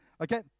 Okay